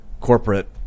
corporate